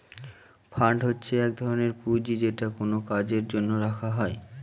fund হচ্ছে এক ধরনের পুঁজি যেটা কোনো কাজের জন্য রাখা হয়